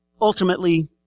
ultimately